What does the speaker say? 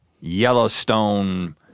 Yellowstone